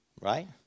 right